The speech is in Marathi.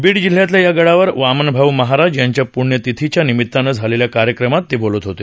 बीड जिल्ह्यातील या गडावर वामनभाऊ महाराज यांच्या पृण्यतिथीच्या निमितानं झालेल्या कार्यक्रमात ते बोलत होते